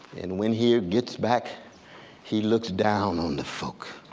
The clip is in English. and when he gets back he looks down on the folk.